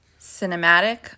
Cinematic